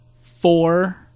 four